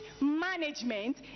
management